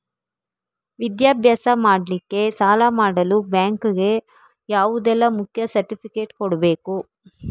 ವಿದ್ಯಾಭ್ಯಾಸ ಮಾಡ್ಲಿಕ್ಕೆ ಸಾಲ ಮಾಡಲು ಬ್ಯಾಂಕ್ ಗೆ ಯಾವುದೆಲ್ಲ ಮುಖ್ಯ ಸರ್ಟಿಫಿಕೇಟ್ ಕೊಡ್ಬೇಕು?